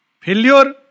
failure